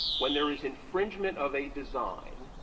when there is infringement of a design,